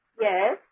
Yes